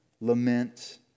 lament